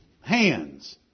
hands